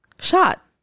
Shot